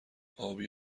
آبی